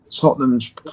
Tottenham's